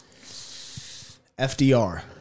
FDR